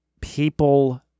people